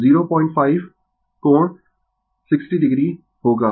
यह 05 कोण 60 o होगा